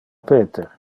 peter